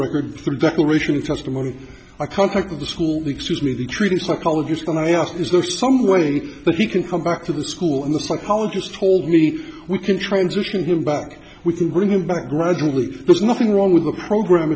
record the declaration testimony i contacted the school excuse me the treating psychologist and i asked is there some way that he can come back to the school and the psychologist told me we can transition him back we can bring him back gradually there's nothing wrong with the program